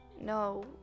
No